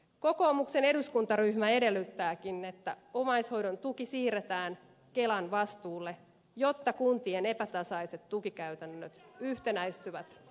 kokoomuksen eduskuntaryhmä edellyttääkin että omaishoidon tuki siirretään kelan vastuulle jotta kuntien epätasaiset tukikäytännöt yhtenäistyvät